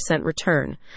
return